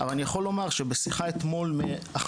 אבל אני יכול לומר שבשיחה אתמול מהחשב,